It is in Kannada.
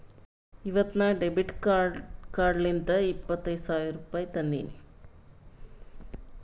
ಇವತ್ ನಾ ಡೆಬಿಟ್ ಕಾರ್ಡ್ಲಿಂತ್ ಇಪ್ಪತ್ ಸಾವಿರ ರುಪಾಯಿ ತಂದಿನಿ